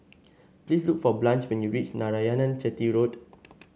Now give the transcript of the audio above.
please look for Blanche when you reach Narayanan Chetty Road